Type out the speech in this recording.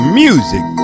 music